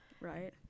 Right